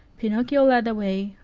pinocchio led the way,